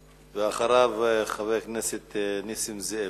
ואחריו, חבר הכנסת נסים זאב,